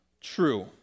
true